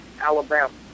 Alabama